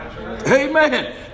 amen